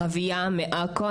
ערבייה מעכו,